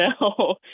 no